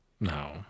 No